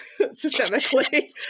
systemically